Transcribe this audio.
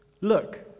Look